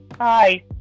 hi